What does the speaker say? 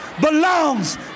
belongs